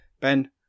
Ben